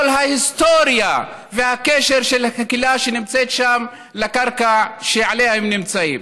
כל ההיסטוריה והקשר של הקהילה שנמצאת שם לקרקע שעליה היא נמצאת.